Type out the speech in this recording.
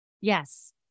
Yes